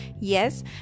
yes